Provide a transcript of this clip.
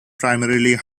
primarily